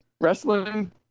Wrestling